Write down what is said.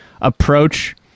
approach